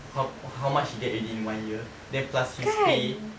how how much he get already in one year then plus his pay